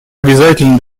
обязательно